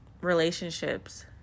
Relationships